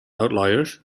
outliers